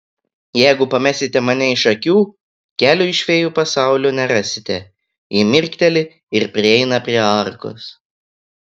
jeigu pamesite mane iš akių kelio iš fėjų pasaulio nerasite ji mirkteli ir prieina prie arkos